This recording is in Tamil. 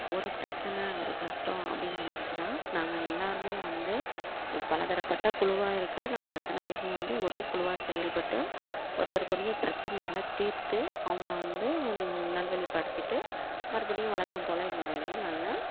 ஒரு பிரச்சனை ஒரு கஷ்டம் அப்படினு வந்துடுச்சினா நாங்கள் எல்லோருமே வந்து பலதரப்பட்ட குழுவா இருக்க நாங்கள் அத்தனை பேருமே வந்து ஒரே குழுவா செயல்பட்டு ஒருத்தருக்குரிய பிரச்சனைகளை தீர்த்து அவங்கள வந்து நல்வழி படுத்திவிட்டு மறுபடியும் வழக்கம் போல் எங்கள் வேலையை நாங்கள்